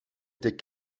étaient